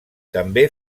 també